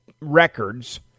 records